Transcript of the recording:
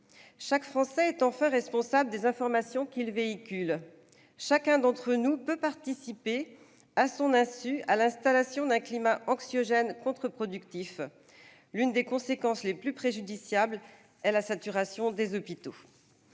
Chaque Français est, enfin, responsable des informations qu'il véhicule. Chacun d'entre nous peut participer, à son insu, à l'installation d'un climat anxiogène contre-productif. L'une des conséquences les plus préjudiciables en serait la saturation des hôpitaux.